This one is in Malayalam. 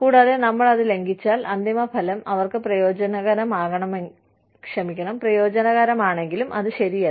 കൂടാതെ നമ്മൾ അത് ലംഘിച്ചാൽ അന്തിമഫലം അവർക്ക് പ്രയോജനകരമാണെങ്കിലും അത് ശരിയല്ല